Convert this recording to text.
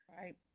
Right